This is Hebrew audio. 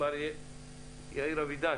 מר יאיר אבידן,